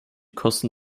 kosten